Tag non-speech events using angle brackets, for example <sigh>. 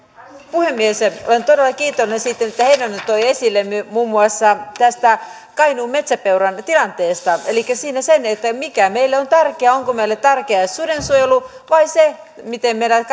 puhemies olen todella kiitollinen siitä mitä heinonen toi esille muun muassa tästä kainuun metsäpeuran tilanteesta elikkä siitä sen mikä meille on tärkeää onko meille tärkeää suden suojelu vai se miten meidän <unintelligible>